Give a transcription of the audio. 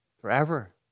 Forever